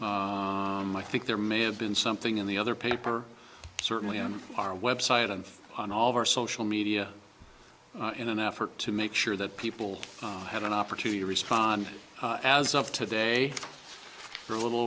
could i think there may have been something in the other paper certainly on our website and on all of our social media in an effort to make sure that people had an opportunity to respond as of today for a little